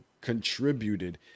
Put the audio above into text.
contributed